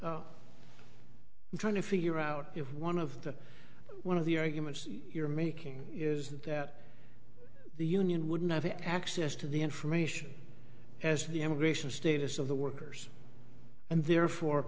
i'm trying to figure out if one of the one of the arguments you're making is that the union wouldn't have access to the information as to the immigration status of the workers and therefore